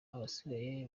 abasigaye